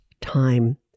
time